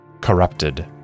corrupted